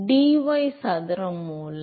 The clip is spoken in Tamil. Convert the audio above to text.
dy சதுரம் மூலம்